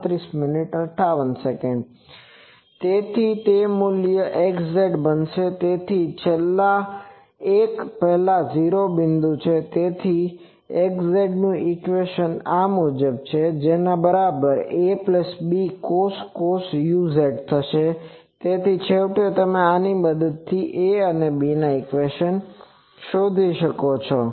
તેથી તે મૂલ્ય xz જે બનશે તે છેલ્લા એક પહેલા 0 ની બિંદુ છે તેથી xƵcos 2N abcos uz તેથી છેવટે આની મદદથી a cos uz xƵcos k0d cos uz cos k0d b1xƵcos uz cosk0d બનશે